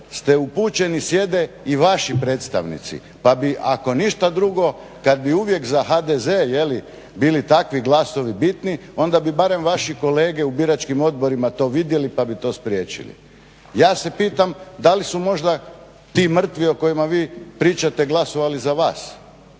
ste upućeni sjede i vaši predstavnici pa bi ako ništa drugo kad bi uvijek za HDZ bili takvi glasovi bitni onda bi barem vaši kolege u biračkim odborima to vidjeli pa bi to spriječili. Ja se pitam da li su možda ti mrtvi o kojima vi pričate glasovali za vas